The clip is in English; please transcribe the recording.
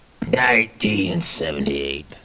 1978